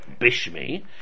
Bishmi